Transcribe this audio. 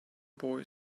boy